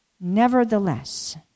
nevertheless